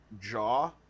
jaw